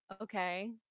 Okay